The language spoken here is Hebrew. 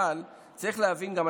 צריך להבין גם,